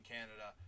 Canada